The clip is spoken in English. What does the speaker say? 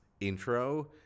intro